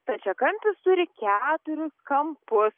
stačiakampis turi keturis kampus